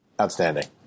Outstanding